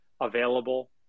available